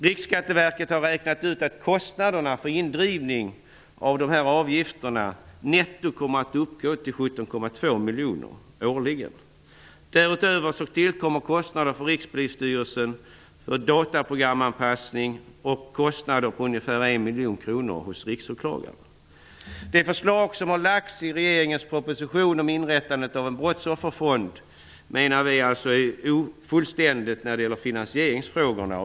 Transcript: Riksskatteverket har räknat ut att kostnaderna för indrivning av avgifterna netto kommmer att uppgå till 17,2 miljoner årligen. Därutöver tillkommer kostnader för Rikspolisstyrelsen, för dataprogramanpassning och kostnader för ungefär Det förslag som läggs fram i regeringens proposition om inrättandet av en brottsofferfond är enligt vår mening ofullständig när det gäller finansieringsfrågorna.